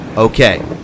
Okay